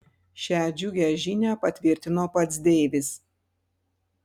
šią džiugią žinią patvirtino pats deivis